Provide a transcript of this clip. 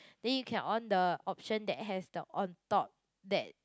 then you can on the option that has the on top that